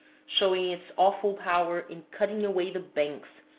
showing its awful power in cutting away the banks,